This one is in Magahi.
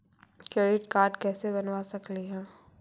क्रेडिट कार्ड कैसे बनबा सकली हे?